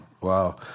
wow